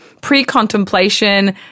pre-contemplation